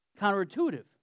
Counterintuitive